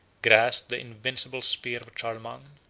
grasped the invincible spear of charlemagne,